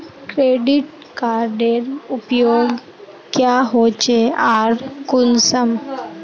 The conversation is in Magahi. क्रेडिट कार्डेर उपयोग क्याँ होचे आर कुंसम?